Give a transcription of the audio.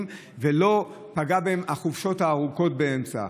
ולא פגעו בהם החופשות הארוכות באמצע.